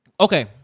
Okay